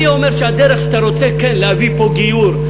אני אומר שהדרך שאתה רוצה כן להביא פה גיור,